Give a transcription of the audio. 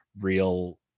real